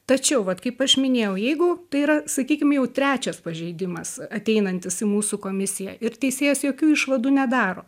tačiau vat kaip aš minėjau jeigu tai yra sakykim jau trečias pažeidimas ateinantis į mūsų komisiją ir teisėjas jokių išvadų nedaro